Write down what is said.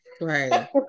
Right